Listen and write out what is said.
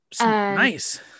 nice